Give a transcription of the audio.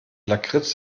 lakritz